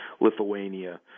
Lithuania